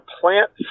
plant